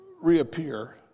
reappear